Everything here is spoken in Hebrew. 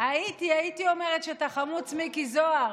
הייתי אומרת שאתה חמוץ, מיקי זוהר,